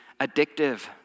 addictive